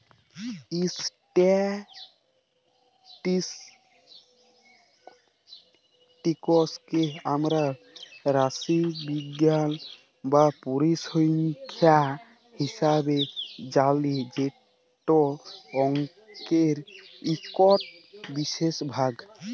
statistics কে আমরা রাশিবিজ্ঞাল বা পরিসংখ্যাল হিসাবে জালি যেট অংকের ইকট বিশেষ ভাগ